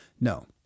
no